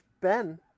Ben